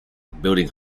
building